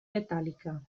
metàl·lica